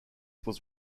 was